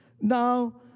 now